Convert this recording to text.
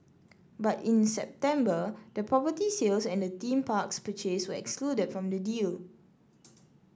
but in September the property sales and the theme parks purchase were excluded from the deal